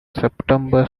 september